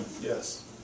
Yes